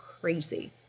crazy